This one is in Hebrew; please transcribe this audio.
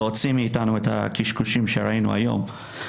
להוציא מאיתנו את הקשקושים שראינו היום.